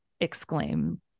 exclaim